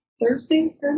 Thursday